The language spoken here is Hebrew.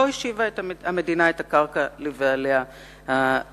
לא השיבה המדינה את הקרקע לבעליה החוקיים,